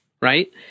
right